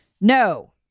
No